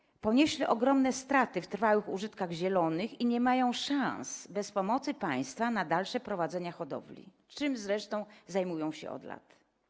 Hodowcy ponieśli ogromne straty w trwałych użytkach zielonych i nie mają szans bez pomocy państwa na dalsze prowadzenie hodowli, czym zresztą zajmują się od lat.